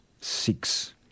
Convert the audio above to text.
Six